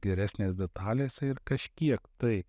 geresnės detalės ir kažkiek tai